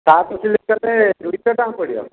shirt ସିଲେଇ କଲେ ଦୁଇଶହ ଟଙ୍କା ପଡ଼ିବ